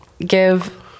give